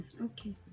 Okay